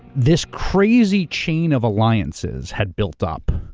this crazy chain of alliances had built up.